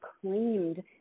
claimed